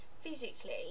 physically